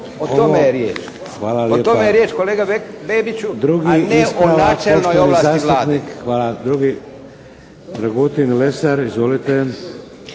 O tom je riječ, o tome je riječ kolega Bebiću a ne o načelnoj ovlasti Vlade.